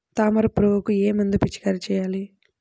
తామర పురుగుకు ఏ మందు పిచికారీ చేయాలి?